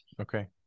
Okay